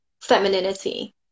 femininity